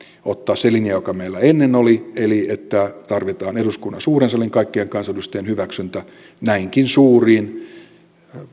ottaa se linja joka meillä ennen oli eli että tarvitaan eduskunnan suuren salin kaikkien kansanedustajien hyväksyntä näinkin suuriin